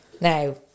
Now